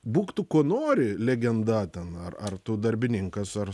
būk tu kuo nori legenda ten ar ar tu darbininkas ar